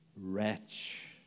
wretch